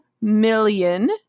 million